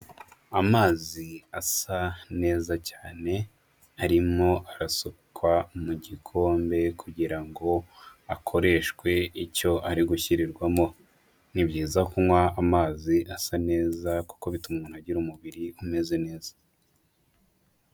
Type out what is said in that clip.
Amazi asa neza cyane arimo arasukwa mu gikombe kugira ngo akoreshwe icyo ari gushyirirwamo. Ni byiza kunywa amazi asa neza kuko bituma umuntu agira umubiri umeze neza.